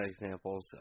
examples